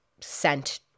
sent